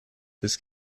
this